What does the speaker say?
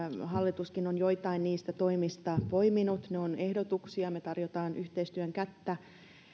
hallituskin on joitain niistä toimista poiminut ne ovat ehdotuksia me tarjoamme yhteistyön kättä